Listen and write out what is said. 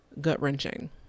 gut-wrenching